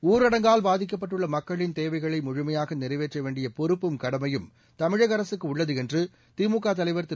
ஊரடங்கால் பாதிக்கப்பட்டுள்ள மக்களின் தேவைகளை முழுமையாக நிறைவேற்ற வேண்டிய பொறுப்பும் கடமையும் தமிழக அரசுக்கு உள்ளது என்று திமுக தலைவர் திரு